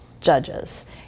judges